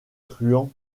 truands